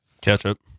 Ketchup